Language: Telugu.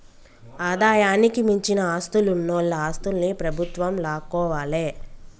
ఆదాయానికి మించిన ఆస్తులున్నోల ఆస్తుల్ని ప్రభుత్వం లాక్కోవాలే